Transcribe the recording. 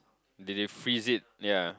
did they freeze it yea